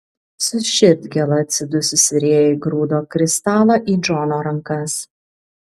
su širdgėla atsidususi rėja įgrūdo kristalą į džono rankas